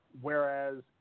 whereas